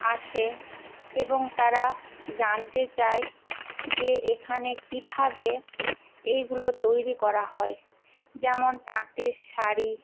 আসে এবং তারা জানতে চায় যে এখানে কীভাবে এইগুলো তৈরি করা হয় যেমন তাঁতের শাড়ি